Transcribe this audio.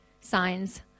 signs